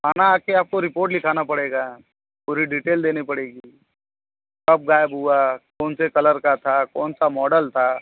थाना आके आपको रिपोर्ट लिखाना पड़ेगा पूरी डीटेल देनी पड़ेगी कब गायब हुआ कौन से कलर का था कौन सा मोडल था